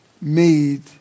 made